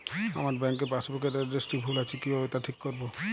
আমার bank passbook এর এড্রেসটি ভুল আছে কিভাবে তা ঠিক করবো?